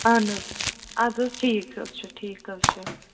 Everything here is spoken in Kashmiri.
اَہَن حظ اَدٕ حظ ٹھیٖک حظ چھُ ٹھیٖک حظ چھُ